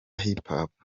hiphop